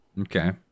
Okay